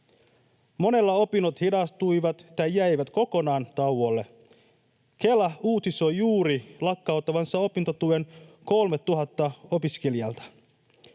Monella opinnot hidastuivat tai jäivät kokonaan tauolle: Kela uutisoi juuri lakkauttavansa opintotuen 3 000 opiskelijalta.